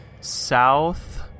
south